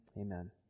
Amen